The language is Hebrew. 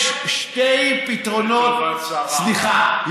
מירי, יש שני פתרונות, תגובת שר, סליחה.